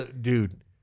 Dude